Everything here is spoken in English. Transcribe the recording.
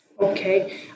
okay